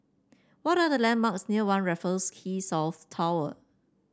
what are the landmarks near One Raffles Quay South Tower